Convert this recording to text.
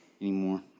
anymore